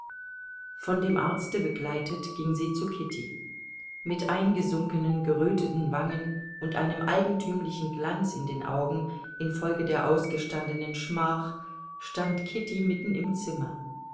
von dem arzte begleitet ging sie zu kitty mit eingesunkenen geröteten wangen und einem eigentümlichen glanz in den augen infolge der ausgestandenen schmach stand kitty mitten im zimmer